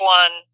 one